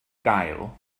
gael